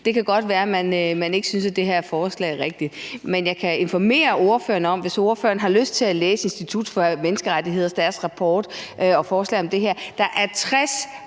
Det kan godt være, at man ikke synes, at det her forslag er rigtigt, men hvis ordføreren har lyst til at læse Institut for Menneskerettigheders rapport og forslaget om det her,